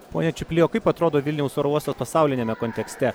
pone čiuply o kaip atrodo vilniaus oro uostas pasauliniame kontekste